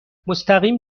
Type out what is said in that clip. مستقیم